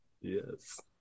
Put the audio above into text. Yes